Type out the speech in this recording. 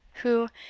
who,